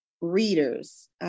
readers